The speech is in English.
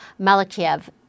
Malakiev